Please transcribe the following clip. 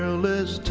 lives